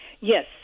Yes